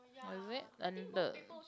was it and the